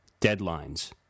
deadlines